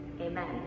Amen